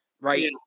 right